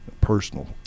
personal